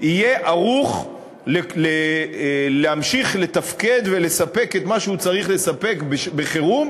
יהיה ערוך להמשיך לתפקד ולספק את מה שהוא צריך לספק בחירום,